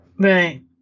Right